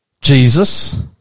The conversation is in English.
Jesus